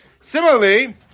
Similarly